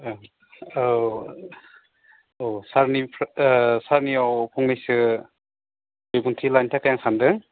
ओं औ औ सारनि सारनियाव फंनैसो बिबुंथि लानो थाखाय आं सान्दों